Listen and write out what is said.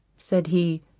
said he,